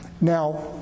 Now